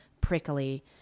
prickly